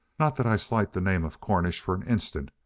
not that i slight the name of cornish for an instant.